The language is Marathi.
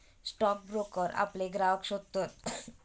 स्टॉक ब्रोकर आपले ग्राहक शोधतत